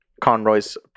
Conroy's